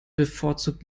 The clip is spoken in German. bevorzugt